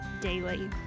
daily